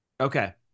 Okay